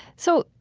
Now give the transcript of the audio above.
so,